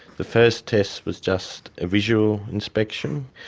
the first test was just a visual inspection.